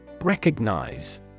Recognize